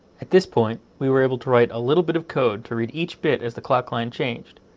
at this point, we were able to write a little bit of code to read each bit as the clock line changed,